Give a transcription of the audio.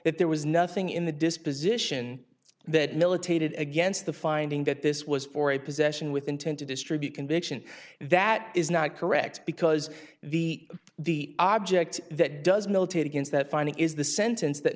that there was nothing in the disposition that militated against the finding that this was for a possession with intent to distribute conviction that is not correct because the the object that does militate against that finding is the sentence that